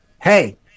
hey